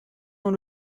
dans